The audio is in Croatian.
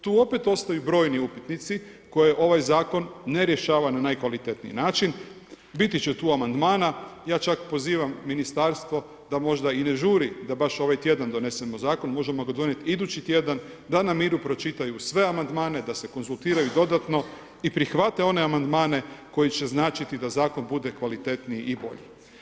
Tu opet ostaju brojni upitnici koje ovaj zakon ne rješava na najkvalitetniji način, biti će tu amandmana, ja čak pozivam ministarstvo da možda i ne žuri da baš ovaj tjedan donesemo zakon, možemo ga donijeti idući tjedan, da na miru pročitaju sve amandmane, da se konzultiraju dodatno i prihvate one amandmane koji će značiti da zakon bude kvalitetniji i bolji.